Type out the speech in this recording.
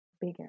bigger